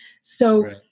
So-